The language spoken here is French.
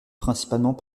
principalement